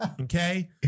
Okay